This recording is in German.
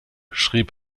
schrieb